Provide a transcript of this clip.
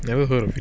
never heard of it